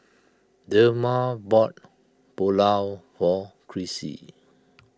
Delmer bought Pulao for Crissie